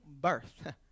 birth